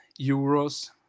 euros